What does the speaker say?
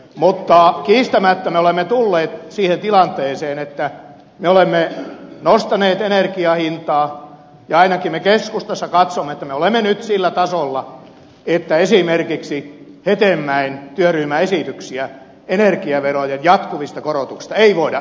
mutta kiistämättä me olemme tulleet siihen tilanteeseen että me olemme nostaneet energian hintaa ja ainakin me keskustassa katsomme että me olemme nyt sillä tasolla että esimerkiksi hetemäen työryhmän esityksiä energiaverojen jatkuvista korotuksista ei voida enää hyväksyä